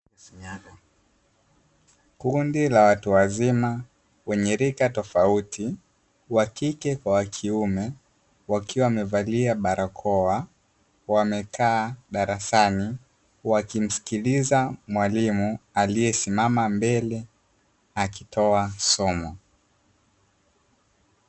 Kundi la watu wazima wenye rika tofauti, wakike kwa wakiume wakiwa wamevalia barakoa, wamekaa darasani wakimsikiliza mwalimu aliye simama mbele akitoa somo.